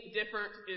different